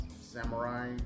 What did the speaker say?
samurai